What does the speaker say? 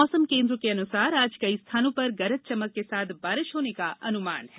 मौसम केन्द्र के अनुसार आज कई स्थानों पर गरज चमक के साथ बारिश होने का अनुमान है